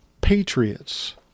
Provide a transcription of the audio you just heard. patriots